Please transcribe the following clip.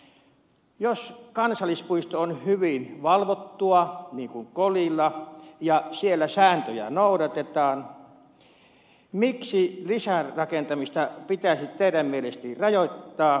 jos kansallispuisto on hyvin valvottua niin kuin kolilla ja siellä sääntöjä noudatetaan miksi lisärakentamista pitäisi teidän mielestänne rajoittaa